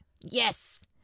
Yes